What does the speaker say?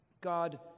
God